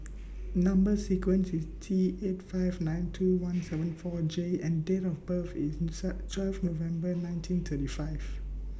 Number sequence IS T eight five nine two one seven four J and Date of birth IS twelve November nineteen thirty five